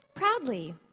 Proudly